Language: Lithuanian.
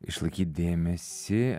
išlaikyt dėmesį